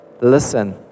Listen